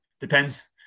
depends